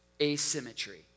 asymmetry